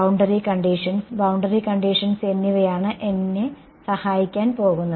boundary conditions boundary conditions എന്നിവയാണ് എന്നെ സഹായിക്കാൻ പോകുന്നത്